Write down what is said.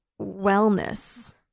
wellness